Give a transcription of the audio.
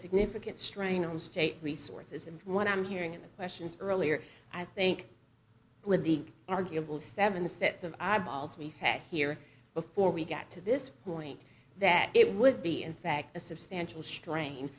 significant strain on state resources and what i'm hearing in the questions earlier i think with the arguable seven sets of eyeballs we had here before we got to this point that it would be in fact a substantial strain